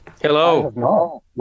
Hello